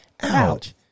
Ouch